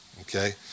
Okay